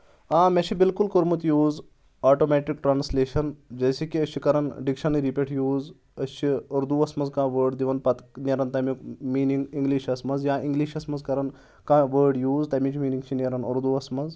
آ مےٚ چھُ بِلکُل کوٚرمُت یوٗز آٹومیٹِک ٹرانسلیشَن جیسے کہِ أسۍ چھِ کَران ڈکشنٔری پؠٹھ یوٗز أسۍ چھِ اُردُوَس منٛز کانٛہہ وٲڈ دِوان پَتہٕ نیران تَمیُک میٖنِنٛگ اِنگلِشَس منٛز یا اِنٛگلِشَس منٛز کَران کانٛہہ وٲڈ یوٗز تَمِچ میٖنِنٛگ چھِ نیران اُردوَس منٛز